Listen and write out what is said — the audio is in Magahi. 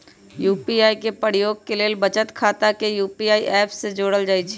यू.पी.आई के प्रयोग के लेल बचत खता के यू.पी.आई ऐप से जोड़ल जाइ छइ